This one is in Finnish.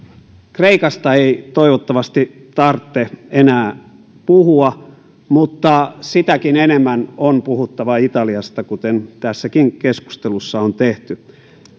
kreikasta ei toivottavasti tarvitse enää puhua mutta sitäkin enemmän on puhuttava italiasta kuten tässäkin keskustelussa on tehty